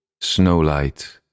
Snowlight